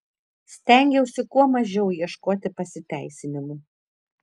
stengiausi kuo mažiau ieškoti pasiteisinimų